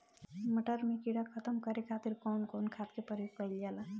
मटर में कीड़ा खत्म करे खातीर कउन कउन खाद के प्रयोग कईल जाला?